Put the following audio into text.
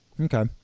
Okay